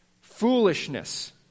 foolishness